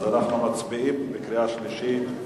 אנחנו מצביעים בקריאה שלישית.